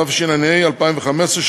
התשע"ה 2015,